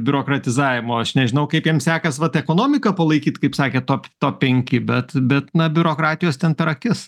biurokratizavimo aš nežinau kaip jiem sekas vat ekonomiką palaikyt kaip sakėt top to penki bet bet na biurokratijos ten per akis